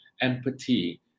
empathy